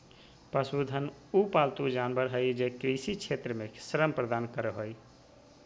पशुधन उ पालतू जानवर हइ जे कृषि क्षेत्र में श्रम प्रदान करो हइ